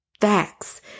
facts